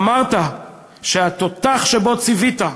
ואמרת כי התותח שבו ציווית,